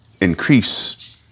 increase